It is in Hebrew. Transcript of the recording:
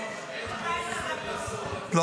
--- יש לי תחושה שהוא ינסה לנכס לעצמו את בגין.